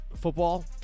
football